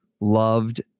loved